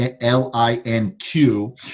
L-I-N-Q